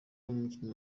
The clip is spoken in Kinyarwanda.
umukinnyi